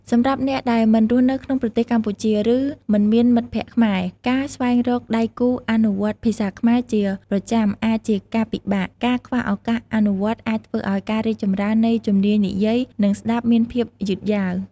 សម្រាប់អ្នកដែលមិនរស់នៅក្នុងប្រទេសកម្ពុជា ឬមិនមានមិត្តភក្តិខ្មែរ ការស្វែងរកដៃគូអនុវត្តភាសាខ្មែរជាប្រចាំអាចជាការពិបាក។ ការខ្វះឱកាសអនុវត្តអាចធ្វើឱ្យការរីកចម្រើននៃជំនាញនិយាយ និងស្តាប់មានភាពយឺតយ៉ាវ។